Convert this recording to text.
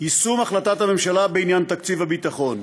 יישום החלטת הממשלה בעניין תקציב הביטחון.